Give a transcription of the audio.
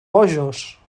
bojos